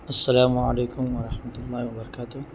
السلام علیکم ورحمتہ اللہ وبرکاتہ